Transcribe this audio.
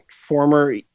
former